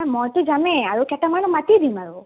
নাই মইতো যামে আৰু কেইটামানক মাতি দিম আৰু